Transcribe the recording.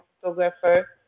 photographer